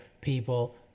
people